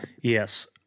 yes